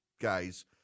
guys